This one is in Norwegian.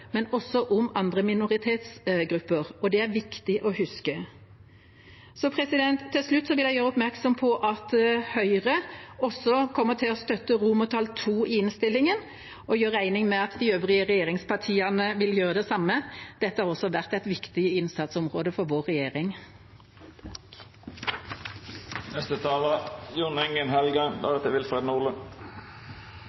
men også om andre minoritetsgrupper. Det er viktig å huske. Helt til slutt vil jeg gjøre oppmerksom på at Høyre også kommer til å støtte II i innstillinga, og gjør regning med at de øvrige regjeringspartiene vil gjøre det samme. Dette har også vært et viktig innsatsområde for vår regjering.